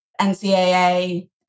NCAA